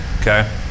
okay